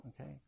Okay